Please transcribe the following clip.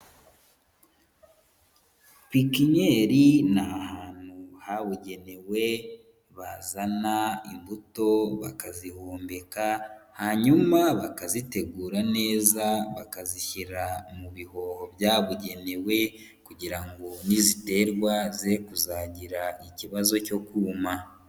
Pepeniyeri ni ahantu habugenewe bazana imbuto bakazihumeka hanyuma bakazitegura neza bakazishyira mu bihoho byabugenewe kugira ngo niziterwa zere kuzagira ikibazo cyo kuma.